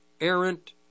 errant